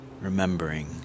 remembering